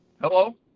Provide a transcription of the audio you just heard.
Hello